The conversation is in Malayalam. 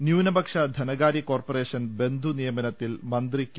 ന്യൂനപക്ഷ ധനകാര്യ കോർപ്പറേഷൻ ബന്ധുനിയമനത്തിൽ മന്ത്രി കെ